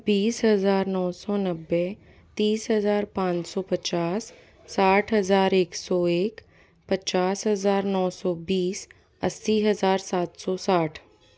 बीस हज़ार नौ सौ नब्बे तीस हज़ार पाँच सौ पचास साठ हज़ार एक सौ एक पचास हज़ार नौ सौ बीस अस्सी हज़ार सात सौ साठ